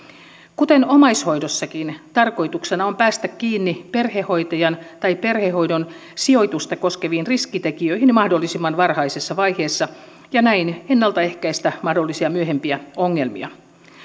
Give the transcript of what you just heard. kuten omaishoidossakin tarkoituksena on päästä kiinni perhehoitajan tai perhehoidon sijoitusta koskeviin riskitekijöihin mahdollisimman varhaisessa vaiheessa ja näin ennalta ehkäistä mahdollisia myöhempiä ongelmia